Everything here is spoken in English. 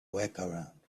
workaround